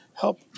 help